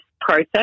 process